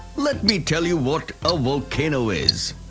let me tell you what a volcano is.